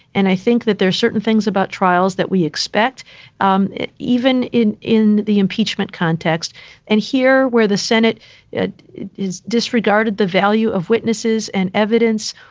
and i think that there are certain things about trials that we expect um even in in the impeachment context and here where the senate is disregarded, the value of witnesses and evidence,